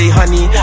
honey